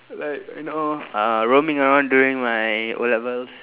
like you know uh roaming around during my O-levels